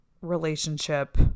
relationship